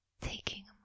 taking